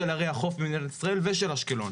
של ערי החוף במדינת ישראל ושל אשקלון.